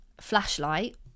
flashlight